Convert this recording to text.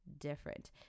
different